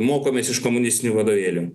mokomės iš komunistinių vadovėlių